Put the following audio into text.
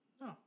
No